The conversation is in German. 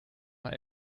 mal